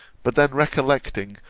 but then recollecting,